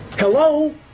Hello